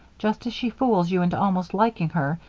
just as she fools you into almost liking her,